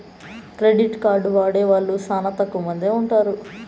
credit card వాడే వాళ్ళు శ్యానా తక్కువ మందే ఉంటారు